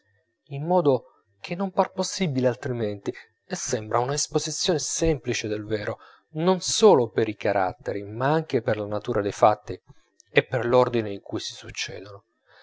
in modo che non par possibile altrimenti e sembra una esposizione semplice del vero non solo per i caratteri ma anche per la natura dei fatti e per l'ordine in cui si succedono